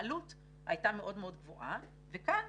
העלות הייתה מאוד מאוד גבוהה וכאן